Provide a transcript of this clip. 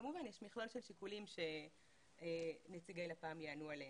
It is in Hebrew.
כמובן יש מכלול של שיקולים שנציגי לפ"מ יענו עליהם,